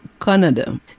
Canada